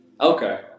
Okay